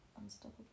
unstoppable